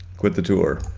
quit the tour.